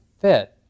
fit